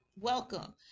welcome